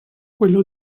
quello